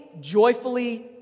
joyfully